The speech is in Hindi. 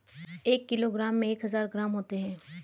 एक किलोग्राम में एक हजार ग्राम होते हैं